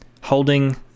holding